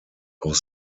auch